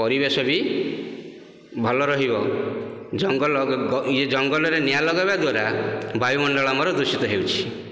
ପରିବେଶ ବି ଭଲ ରହିବ ଜଙ୍ଗଲ ଇଏ ଜଙ୍ଗଲରେ ନିଆଁ ଲଗେଇବା ଦ୍ଵାରା ବାୟୁମଣ୍ଡଳ ଆମର ଦୂଷିତ ହେଉଛି